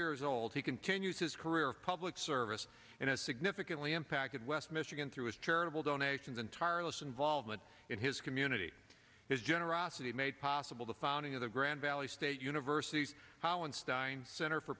years old he continues his career of public service and has significantly impacted west michigan through his charitable donations and tireless involvement in his community his generosity made possible the founding of the grand valley state university's center for